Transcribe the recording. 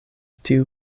tiu